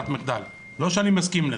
לא שאני מסכים לזה,